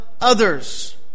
others